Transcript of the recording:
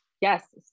Yes